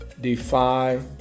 defy